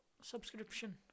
subscription